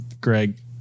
Greg